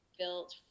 built